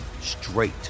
straight